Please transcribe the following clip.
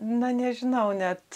na nežinau net